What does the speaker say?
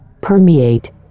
permeate